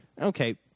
okay